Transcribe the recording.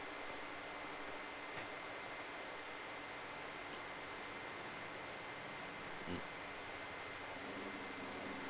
mm